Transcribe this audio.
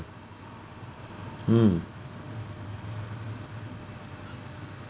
mm